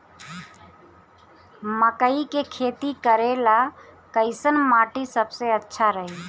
मकई के खेती करेला कैसन माटी सबसे अच्छा रही?